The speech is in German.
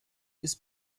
ist